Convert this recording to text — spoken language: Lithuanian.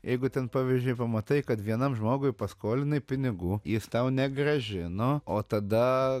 jeigu ten pavyzdžiui pamatai kad vienam žmogui paskolinai pinigų jis tau negrąžino o tada